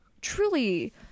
truly